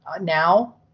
now